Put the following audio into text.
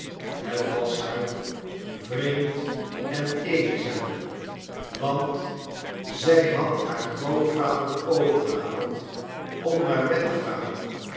het was haar vreemd en eenzaam onder het dak van den schoolmeester want zij had haai groo wader overgehaald om naar bed te gaan